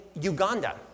Uganda